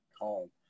home